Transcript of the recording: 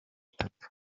atatu